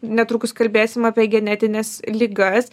netrukus kalbėsim apie genetines ligas